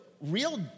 real